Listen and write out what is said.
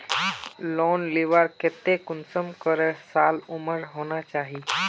Loan लुबार केते कुंसम करे साल उमर होना चही?